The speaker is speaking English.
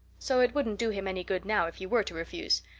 so it wouldn't do him any good now if you were to refuse.